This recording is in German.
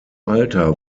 alter